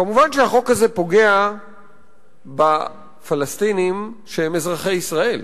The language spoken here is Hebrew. כמובן, החוק הזה פוגע בפלסטינים שהם אזרחי ישראל,